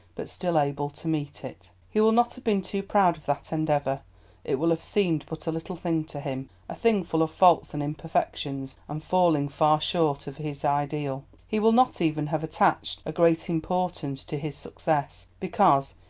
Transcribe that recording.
but still able to meet it. he will not have been too proud of that endeavour it will have seemed but a little thing to him a thing full of faults and imperfections, and falling far short of his ideal. he will not even have attached a great importance to his success, because,